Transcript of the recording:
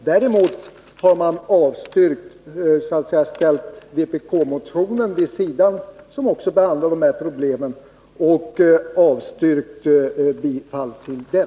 Däremot har utskottet ställt vpkmotionen, som också behandlar de här problemen, vid sidan och avstyrkt bifall till den.